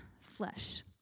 flesh